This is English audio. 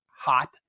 hot